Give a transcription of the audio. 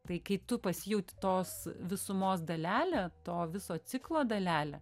tai kai tu pasijauti tos visumos dalele to viso ciklo dalele